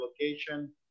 location